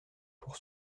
pour